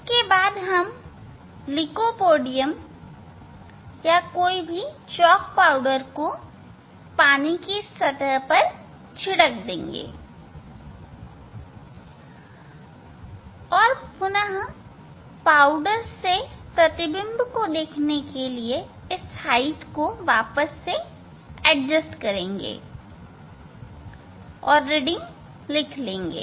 तब हम लिकोपोडियम या किसी चॉक पाउडर को पानी की सतह पर छिड़केंगे और तब पुनः हम पाउडर के प्रतिबिंब को देखने के लिए ऊंचाई को एडजस्ट कर लेंगे और रीडिंग लिख लेंगे